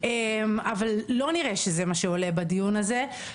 אבל לא נראה שזה מה שעולה בדיון הזה.